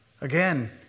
again